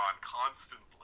constantly